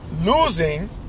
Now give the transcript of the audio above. losing